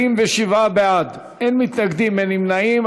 27 בעד, אין מתנגדים, אין נמנעים.